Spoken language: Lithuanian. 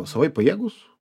savaip pajėgūs